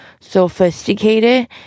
Sophisticated